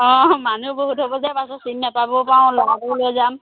অঁ মানুহ বহুত' হব যে পাছত ছিট নাপাবও পাৰো ল'ৰাটোও লৈ যাম